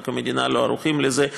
אנחנו כמדינה לא ערוכים לזה.